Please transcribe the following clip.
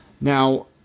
Now